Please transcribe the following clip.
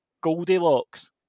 Goldilocks